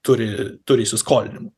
turi turi įsiskolinimų